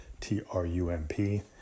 T-R-U-M-P